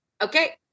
Okay